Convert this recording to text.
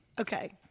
Okay